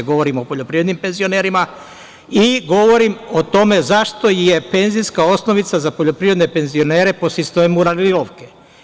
Govorim o poljoprivrednim penzionerima i govorim o tome zašto je penzijska osnovica za poljoprivredne penzionere po sistemu uravnilovke.